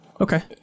Okay